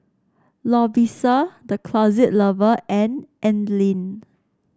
Lovisa The Closet Lover and Anlene